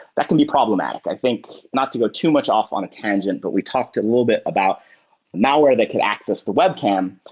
that can be problematic. i think not to go too much off on a tangent, but we talked a little bit about malware that could access the web cam.